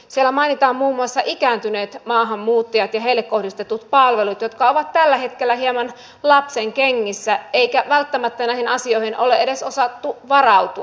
siellä mainitaan muun muassa ikääntyneet maahanmuuttajat ja heille kohdistetut palvelut jotka ovat tällä hetkellä hieman lapsenkengissä eikä välttämättä näihin asioihin ole edes osattu varautua